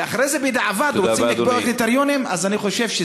ואחרי זה בדיעבד רוצים לקבוע קריטריונים,